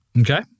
Okay